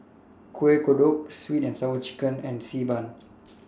Kueh Kodok Sweet and Sour Chicken and Xi Ban